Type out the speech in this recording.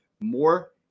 more